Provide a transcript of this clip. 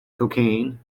cocaine